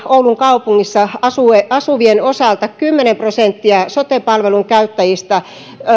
oulun kaupungissa asuvien asuvien osalta kymmenen prosenttia sote palvelujen käyttäjistä